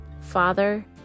Father